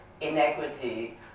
inequity